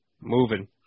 moving